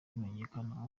bimenyekana